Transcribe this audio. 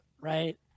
right